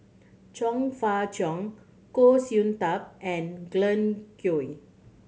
Chong Fah Cheong Goh Sin Tub and Glen Goei